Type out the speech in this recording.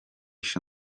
się